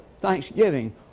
thanksgiving